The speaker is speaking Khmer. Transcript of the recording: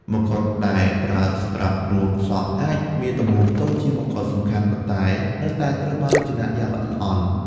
ម្កុដដែលប្រើសម្រាប់ផ្នួងសក់អាចមានទំហំតូចជាងម្កុដសំខាន់ ប៉ុន្តែនៅតែត្រូវបានរចនាយ៉ាងល្អិតល្អន់។